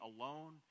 alone